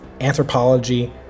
anthropology